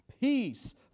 peace